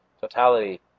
totality